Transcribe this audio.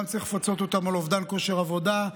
גם צריך לפצות אותם על אובדן כושר עבודה,